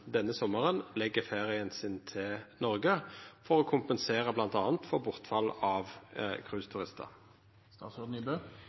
denne sommaren legg ferien til Noreg, for bl.a. å kompensera for bortfallet av